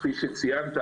כפי שציינת,